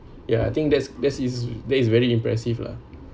ya I think that's that is that is very impressive lah